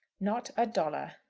not a dollar.